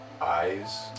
eyes